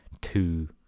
two